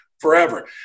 forever